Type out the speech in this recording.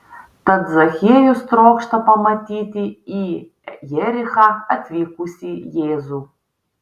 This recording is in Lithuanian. tad zachiejus trokšta pamatyti į jerichą atvykusį jėzų